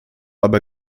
aber